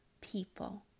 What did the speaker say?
people